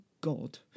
God